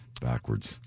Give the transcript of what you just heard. Backwards